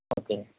okay